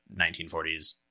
1940s